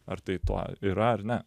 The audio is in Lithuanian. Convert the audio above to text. ar tai tuo yra ar ne